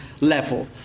Level